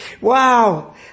wow